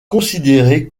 considéré